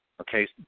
Okay